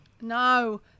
No